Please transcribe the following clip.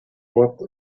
what